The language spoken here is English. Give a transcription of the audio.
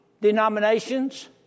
denominations